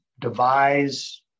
devise